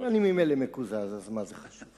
אני ממילא מקוזז, אז מה זה חשוב.